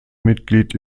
mitglied